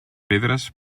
pedres